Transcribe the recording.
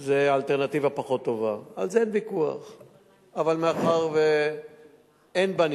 זו אלטרנטיבה פחות טובה, על זה אין ויכוח.